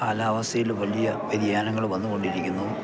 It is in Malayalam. കാലാവസ്ഥയില് വലിയ വ്യതിയാനങ്ങള് വന്നുകൊണ്ടിരിക്കുന്നു